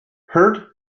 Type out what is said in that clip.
hurt